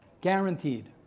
guaranteed